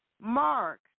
Mark